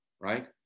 Right